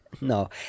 No